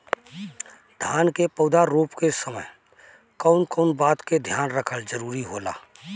धान के पौधा रोप के समय कउन कउन बात के ध्यान रखल जरूरी होला?